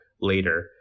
later